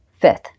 Fifth